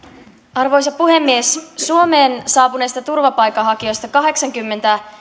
arvoisa puhemies suomeen saapuneista turvapaikanhakijoista kahdeksankymmentäneljä